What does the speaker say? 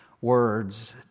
words